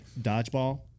Dodgeball